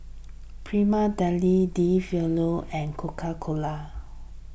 Prima Deli De Fabio and Coca Cola